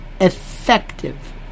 effective